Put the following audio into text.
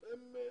ככה,